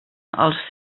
els